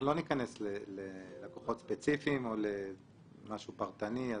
אנחנו לא ניכנס ללקוחות ספציפיים, או למשהו פרטני.